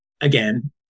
again